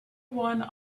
one